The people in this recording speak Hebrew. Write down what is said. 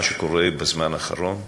מה שקורה בזמן האחרון,